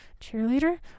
cheerleader